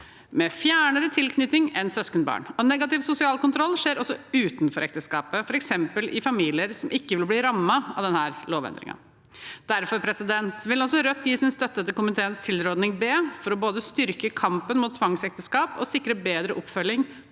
med fjernere tilknytning enn søskenbarn, og negativ sosial kontroll skjer også utenfor ekteskapet, f.eks. i familier som ikke vil bli rammet av denne lovendringen. Derfor vil også Rødt gi sin støtte til komiteens tilråding B, for både å styrke kampen mot tvangsekteskap og å sikre bedre oppfølging